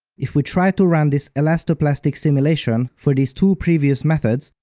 if we try to run this elastoplastic simulation for these two previous methods,